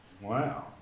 Wow